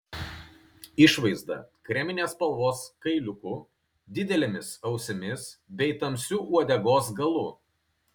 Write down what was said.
išvaizda kreminės spalvos kailiuku didelėmis ausimis bei tamsiu uodegos galu